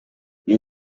iyi